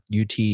UT